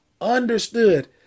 understood